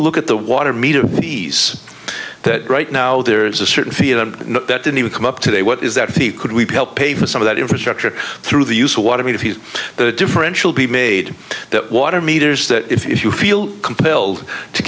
look at the water meter piece that right now there is a certain feed and that didn't even come up today what is that if he could we help pay for some of that infrastructure through the use of what i mean if he's differential be made that water meters that if you feel compelled to